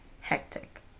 hectic